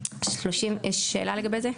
יש שאלה לגבי זה?